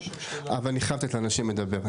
אבל אני חייב לתת לאנשים לדבר.